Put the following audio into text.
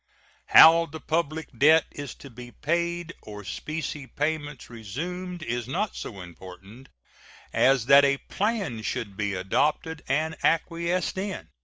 how the public debt is to be paid or specie payments resumed is not so important as that a plan should be adopted and acquiesced in.